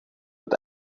het